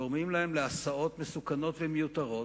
גורמים להם להסעות מסוכנות ומיותרות,